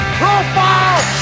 profile